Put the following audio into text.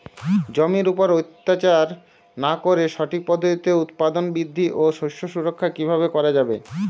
জমির উপর অত্যাচার না করে সঠিক পদ্ধতিতে উৎপাদন বৃদ্ধি ও শস্য সুরক্ষা কীভাবে করা যাবে?